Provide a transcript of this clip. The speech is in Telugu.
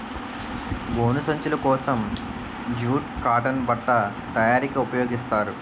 గోను సంచులు కోసం జూటు కాటన్ బట్ట తయారీకి ఉపయోగిస్తారు